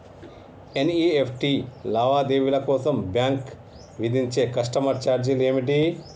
NEFT లావాదేవీల కోసం bank విధించే కస్టమర్ ఛార్జీలు ఏమిటి?